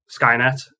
Skynet